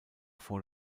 vor